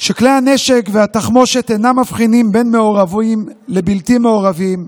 שכלי הנשק והתחמושת אינם מבחינים בין מעורבים לבלתי מעורבים.